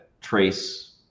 trace